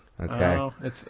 Okay